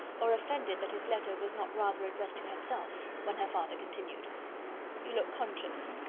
or offended that his letter was not rather addressed to herself when her father continued you look conscious.